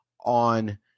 on